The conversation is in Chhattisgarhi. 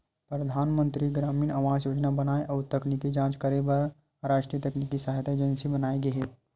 परधानमंतरी गरामीन आवास योजना बनाए अउ तकनीकी जांच करे बर रास्टीय तकनीकी सहायता एजेंसी बनाये गे हे